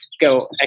go